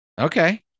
Okay